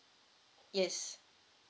yes